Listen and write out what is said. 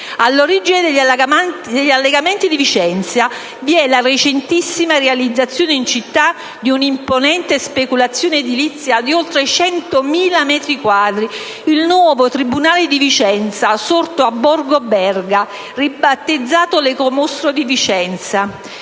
All'origine degli allagamenti di Vicenza vi è la recentissima realizzazione in città di una imponente speculazione edilizia di oltre 100.000 metri quadri (il nuovo tribunale di Vicenza sorto a Borgo Berga, ribattezzato 1'ecomostro di Vicenza)